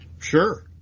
Sure